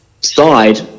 side